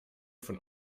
von